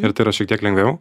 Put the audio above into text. ir tai yra šiek tiek lengviau